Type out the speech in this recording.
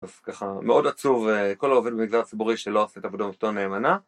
אז ככה מאוד עצוב כל העובד במגזר הציבורי שלא עושה את עבודתו נאמנה